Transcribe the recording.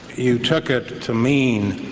you took it to mean